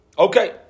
Okay